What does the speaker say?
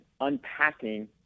unpacking